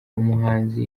umuhanzi